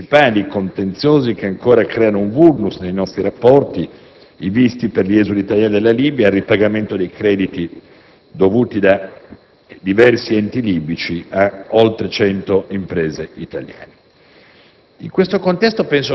alla risoluzione dei principali contenziosi che ancora creano un*vulnus* nei nostri rapporti: i visti per gli esuli italiani dalla Libia e il ripagamento dei crediti dovuti da diversi enti libici ad oltre cento imprese italiane.